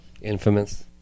Infamous